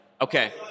Okay